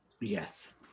Yes